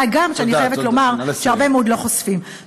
מה גם שאני חייבת לומר שהרבה מאוד לא חושפים.